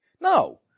No